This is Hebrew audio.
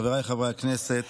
חבריי חברי הכנסת,